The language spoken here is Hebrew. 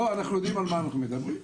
אנחנו יודעים על מה אנחנו מדברים.